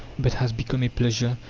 but has become a pleasure,